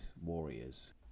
warriors